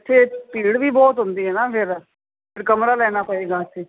ਇੱਥੇ ਭੀੜ ਵੀ ਬਹੁਤ ਹੁੰਦੀ ਹੈ ਨਾ ਫਿਰ ਅਤੇ ਕਮਰਾ ਲੈਣਾ ਪਏਗਾ ਉੱਥੇ